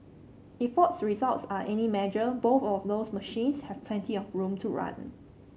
if Ford's results are any measure both of those machines have plenty of room to run